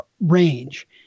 range